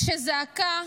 כשזעקה: